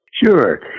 Sure